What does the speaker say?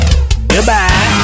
Goodbye